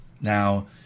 now